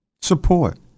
support